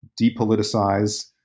depoliticize